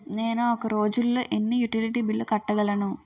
నేను ఒక రోజుల్లో ఎన్ని యుటిలిటీ బిల్లు కట్టగలను?